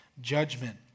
judgment